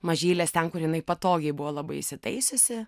mažylės ten kur jinai patogiai buvo labai įsitaisiusi